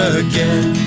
again